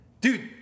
Dude